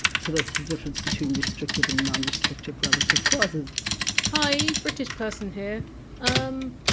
so that's the difference between restrictive and non restrictive relative clauses hi, british person here um